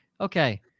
okay